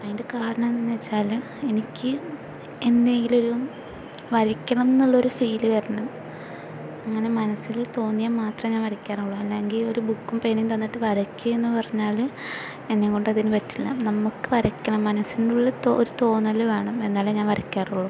അതിന്റെ കാരണം എന്തെന്ന് വച്ചാല് എനിക്ക് എന്തെങ്കിലും ഒരു വരയ്ക്കണം എന്നുള്ളൊരു ഫീൽ വരണം അങ്ങനെ മനസ്സില് തോന്നിയാൽ മാത്രമേ ഞാന് വരയ്ക്കാറുള്ളൂ അല്ലെങ്കില് ഒരു ബുക്കും പേനയും തന്നിട്ട് വരയ്ക്ക് എന്ന് പറഞ്ഞാല് എന്നെക്കൊണ്ട് അതിനു പറ്റില്ല നമുക്ക് വരയ്ക്കണം മനസിന്റെ ഉള്ളില് ഒരു തോന്നല് വേണം എന്നാലെ ഞാന് വരയ്ക്കാറുള്ളൂ